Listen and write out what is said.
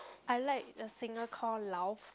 I like the singer called Lauv